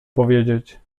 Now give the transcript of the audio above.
powiedzieć